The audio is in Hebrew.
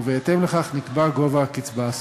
ובהתאם לכך נקבע גובה הקצבה הסופי.